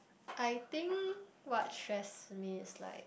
I think what stress me is like